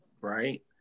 right